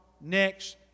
Next